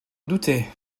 doutais